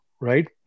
right